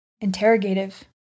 interrogative